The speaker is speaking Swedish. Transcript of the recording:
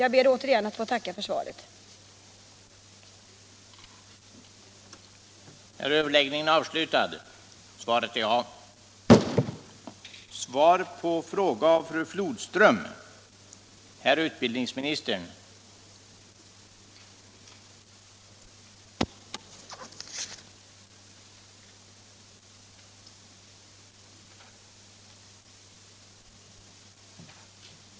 Jag ber åter att få tacka för svaret på min fråga.